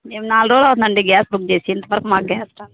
మెం నాలుగు రోజులు అవుతోందండి గ్యాస్ బుక్ చేసి ఇంత వరకు మాకు గ్యాస్ రాలేదు